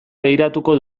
begiratuko